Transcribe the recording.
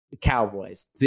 Cowboys